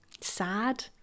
sad